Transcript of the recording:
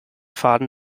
faden